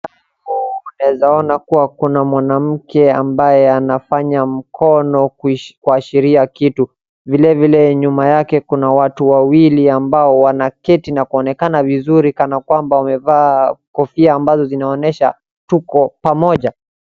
Naeza ona kuwa kuna mwanamke ambaye anafanya mkono kuashiria kitu. Vilevile nyuma yake kuna watu ambao wanaketi na kuonekana vizuri kana kwamba wamevaa kofia ambazo zinaonyesha tuko pamoja.